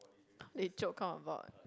they joke all about